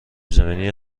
زمینی